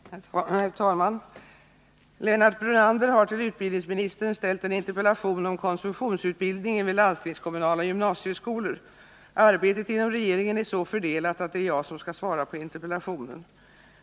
Herr talman! Lennart Brunander har till utbildningsministern framställt en interpellation om konsumtionsutbildningen vid landstingskommunala gymnasieskolor. Arbetet inom regeringen är så fördelat att det är jag som skall svara på interpellationen.